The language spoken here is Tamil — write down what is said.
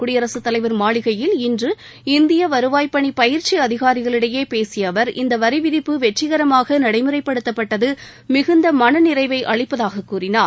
குடியரசுத் தலவர் மாளிகையில் இந்தியவருவாய் இன்று பணிபயிற்சிஅதிகாரிகளிடையேபேசியஅவர் இந்தவரிவிதிப்பு வெற்றிகரமாகநடைமுறைப்படுத்தப்பட்டதமிகுந்தமனநிறைவைஅளிப்பதாகக் கூறினார்